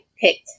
picked